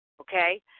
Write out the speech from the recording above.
Okay